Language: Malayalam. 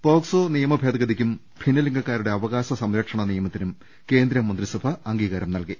പോക്സോ നിയമ ഭേദഗതിക്കും ഭിന്നലിംഗക്കാരുടെ അവകാശ സംരക്ഷണ നിയമത്തിനും കേന്ദ്രമന്ത്രിസഭ അംഗീകാരം നൽകി